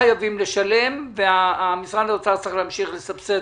זאת לא הנחיה אלא רק המלצה.